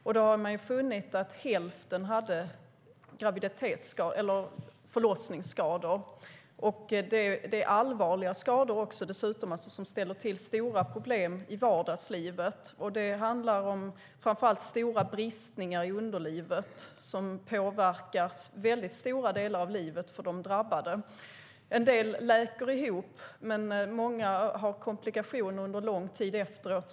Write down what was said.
Man har funnit att hälften hade förlossningsskador. Det är dessutom allvarliga skador som ställer till stora problem i vardagslivet. Det handlar framför allt om stora bristningar i underlivet som påverkar väldigt stora delar av livet för de drabbade. En del läker ihop, men många har komplikationer under lång tid efteråt.